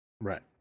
Right